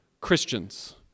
Christians